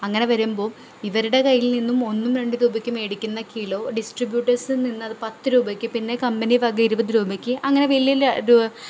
അങ്ങനെ വരുമ്പം ഇവരുടെ കയ്യിൽ നിന്നും ഒന്നും രണ്ടും രൂപയ്ക്ക് മേടിക്കുന്ന കിലോ ഡിസ്ട്രിബ്യൂട്ടേഴ്സ് നിന്ന് അത് പത്ത് രൂപയ്ക്ക് പിന്നെ കൻപനി ബാക്കി ഇരുപത് രൂപയ്ക്ക് അങ്ങനെ വലിയ വലിയ